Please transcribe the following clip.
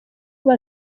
kuba